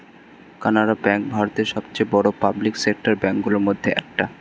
Canara bank ভারতের সবচেয়ে বড় পাবলিক সেক্টর ব্যাঙ্ক গুলোর মধ্যে একটা